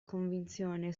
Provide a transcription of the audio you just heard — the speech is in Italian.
convinzione